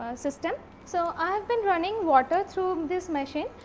system. so, i have been running water through this machine.